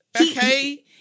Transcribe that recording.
Okay